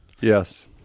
Yes